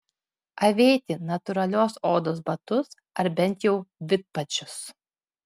avėti natūralios odos batus ar bent jau vidpadžius